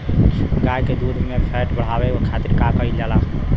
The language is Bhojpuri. गाय के दूध में फैट बढ़ावे खातिर का कइल जाला?